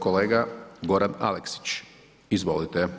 Kolega Goran Aleksić, izvolite.